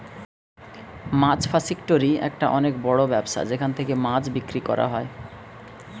মাছ ফাসিকটোরি একটা অনেক বড় ব্যবসা যেখান থেকে মাছ বিক্রি করা হয়